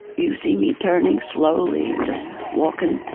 you see me turning slowly and just walkin'.